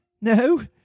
No